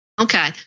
Okay